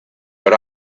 but